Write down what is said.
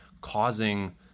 causing